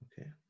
Okay